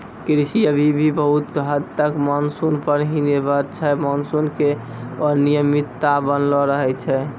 कृषि अभी भी बहुत हद तक मानसून पर हीं निर्भर छै मानसून के अनियमितता बनलो रहै छै